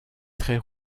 trait